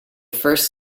first